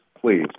please